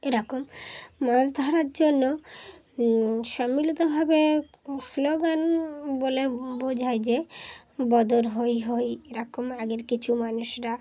এরকম মাছ ধরার জন্য সম্মিলিতভাবে স্লোগান বলে বোঝায় যে বদর হই হই এরকম আগের কিছু মানুষরা